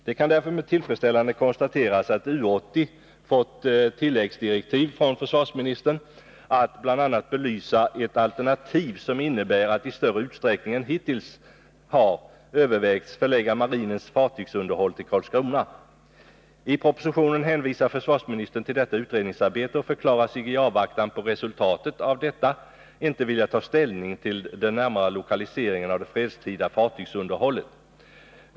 Det kan därför med tillfredsställelse konstateras att U 80 fått tilläggsdirektiv från försvarsministern att bl.a. belysa ett alternativ som innebär att, i större utsträckning än hittills har övervägts, förlägga marinens fartygsunderhåll till Karlskrona. I propositionen hänvisar försvarsministern till detta utredningsarbete och förklarar sig i avvaktan på resultatet av detta inte vilja ta ställning till den närmare lokaliseringen av det fredstida fartygsunderhållet.